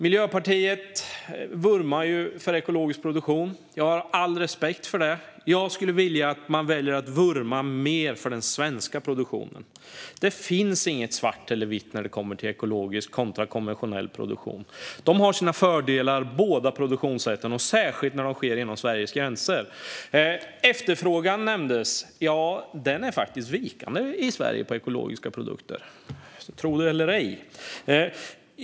Miljöpartiet vurmar för ekologisk produktion. Jag har all respekt för det. Jag skulle vilja att man väljer att vurma mer för den svenska produktionen. Det finns inget svart eller vitt när det kommer till ekologisk kontra konventionell produktion. Båda produktionssätten har sina fördelar, särskilt när de sker inom Sveriges gränser. Efterfrågan nämndes. Efterfrågan i Sverige på ekologiska produkter är faktiskt vikande - tro det eller ej!